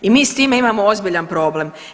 I mi s time imao ozbiljan problem.